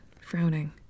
frowning